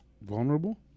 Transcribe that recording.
Vulnerable